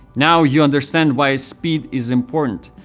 now you understand why speed is important.